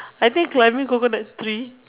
I think climbing confirm the tree